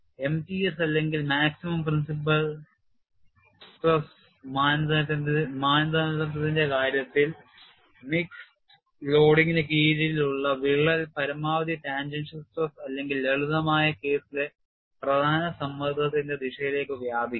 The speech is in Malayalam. MTS അല്ലെങ്കിൽ maximum principal സമ്മർദ്ദ മാനദണ്ഡത്തിന്റെ കാര്യത്തിൽ മിക്സഡ് ലോഡിംഗിന് കീഴിലുള്ള വിള്ളൽ പരമാവധി ടാൻജൻഷ്യൽ സ്ട്രെസ് അല്ലെങ്കിൽ ലളിതമായ കേസിലെ പ്രധാന സമ്മർദ്ദത്തിന്റെ ദിശയിലേക്ക് വ്യാപിക്കും